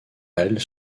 elles